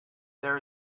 there